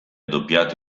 doppiato